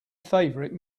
favorite